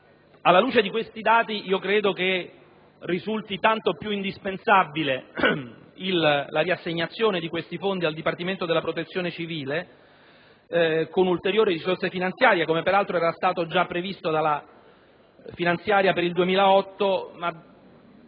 Alla luce dei dati sopraccitati, credo che risulti tanto più indispensabile la riassegnazione dei fondi al Dipartimento della protezione civile con ulteriori risorse finanziarie, come peraltro era già stato previsto nella finanziaria per il 2008,